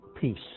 Peace